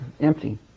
empty